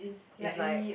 is like